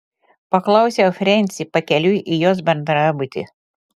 paklausiau frensį pakeliui į jos bendrabutį